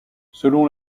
selon